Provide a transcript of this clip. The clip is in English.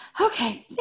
Okay